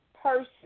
person